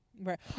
right